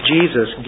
Jesus